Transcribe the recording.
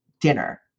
dinner